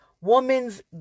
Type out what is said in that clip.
woman's